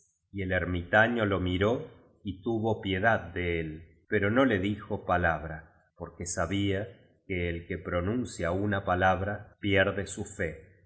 y el ermitaño lo miró y tuvo piedad de él pero no le dijo palabra porque sabia que el que pronuncia una palabra pier de su fe